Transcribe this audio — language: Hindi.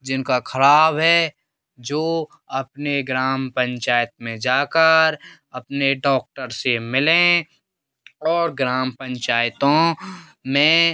जिनका खराब है जो अपने ग्राम पंचायत में जाकर अपने डॉक्टर से मिलें और ग्राम पंचायतों में